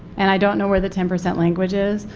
and i don't know where the ten percent language is,